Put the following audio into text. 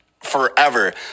Forever